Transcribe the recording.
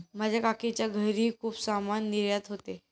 माझ्या काकीच्या घरी खूप सामान निर्यात होते